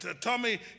Tommy